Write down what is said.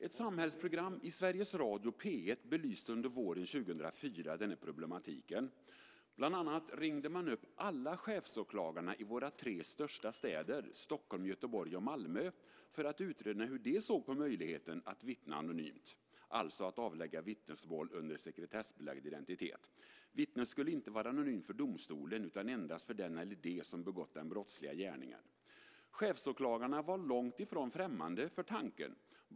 Ett samhällsprogram i Sveriges Radios P 1 belyste under våren 2004 den här problematiken. Bland annat ringde man upp alla chefsåklagare i våra tre största städer Stockholm, Göteborg och Malmö för att utröna hur de såg på möjligheten att vittna anonymt, alltså att avlägga vittnesmål under sekretessbelagd identitet. Vittnet skulle inte vara anonymt för domstolen utan endast för den eller dem som begått den brottsliga gärningen. Chefsåklagarna var långt ifrån främmande för tanken.